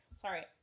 Sorry